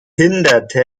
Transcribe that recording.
verhinderte